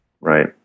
Right